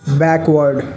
backward